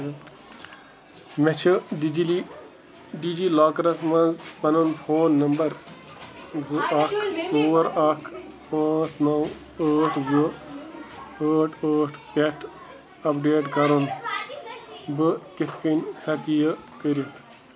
مےٚ چھِ ڈِجِلی ڈی جی لاکرَس منٛز پَنُن فون نمبر زٕ اکھ ژور اکھ پانٛژھ نَو ٲٹھ زٕ ٲٹھ ٲٹھ پٮ۪ٹھ اَپڈیٹ کَرُن بہٕ کِتھ کٔنۍ ہٮ۪کہٕ یہِ کٔرِتھ